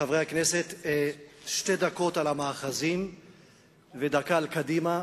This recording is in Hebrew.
חברי הכנסת, שתי דקות על המאחזים ודקה על קדימה.